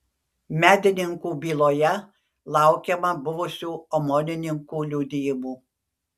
medininkų byloje laukiama buvusių omonininkų liudijimų